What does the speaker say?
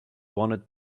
wanted